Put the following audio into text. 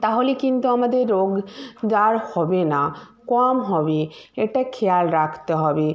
তাহলে কিন্তু আমাদের রোগ আর হবে না কম হবে এটা খেয়াল রাখতে হবে